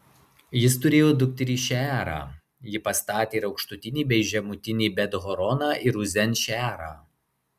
jis turėjo dukterį šeerą ji pastatė ir aukštutinį bei žemutinį bet horoną ir uzen šeerą